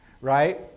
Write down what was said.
right